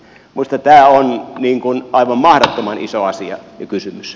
minusta tämä on aivan mahdottoman iso asia ja kysymys